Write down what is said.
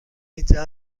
اینجا